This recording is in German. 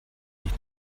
ich